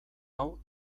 hau